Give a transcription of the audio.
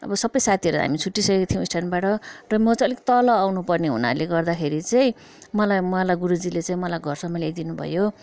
अब सबै साथीहरू हामी छुटिसकेका थियौँ स्ट्यान्डबाट र म चाहिँ अलिक तल आउनु पर्ने हुनाले गर्दाखेरि चाहिँ मलाई मलाई गुरुजीले चाहिँ मलाई घरसम्म ल्याइदिनु भयो